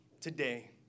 today